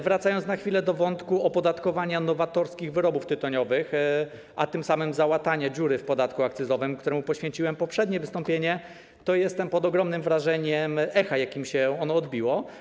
Wracając na chwilę do wątku opodatkowania nowatorskich wyrobów tytoniowych, a tym samym załatania dziury w podatku akcyzowym, któremu poświęciłem poprzednie wystąpienie, chcę powiedzieć, że jestem pod ogromnym wrażeniem echa, jakim ono się odbiło.